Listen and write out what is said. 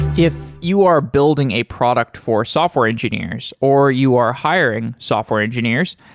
if you are building a product for software engineers or you are hiring software engineers,